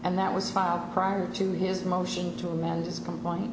and that was filed prior to his motion to amend his complain